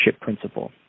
principle